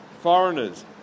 Foreigners